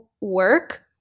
work